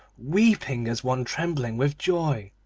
weeping as one trembling with joy,